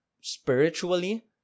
spiritually